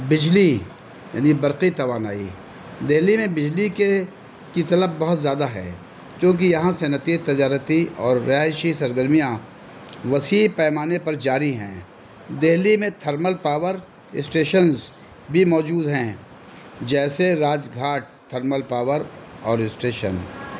بجلی یعنی برقی توانائی دہلی میں بجلی کے کی طلب بہت زیادہ ہے کیونکہ یہاں صنعتی تجارتی اور رہائشی سرگرمیاں وسیع پیمانے پر جاری ہیں دہلی میں تھرمل پاور اسٹیشنز بھی موجود ہیں جیسے راج گھاٹ تھرمل پاور اور اسٹیشن